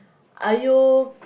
are you